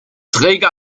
träger